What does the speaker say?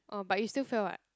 oh but you still fail [what]